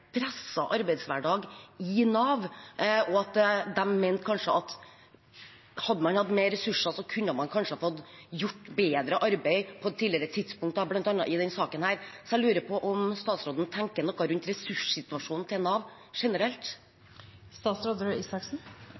arbeidshverdag i Nav. De mente at hadde man hatt mer ressurser, kunne man kanskje fått gjort bedre arbeid på et tidligere tidspunkt bl.a. i denne saken, så jeg lurer på om statsråden tenker noe rundt ressurssituasjonen til Nav